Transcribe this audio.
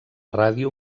ràdio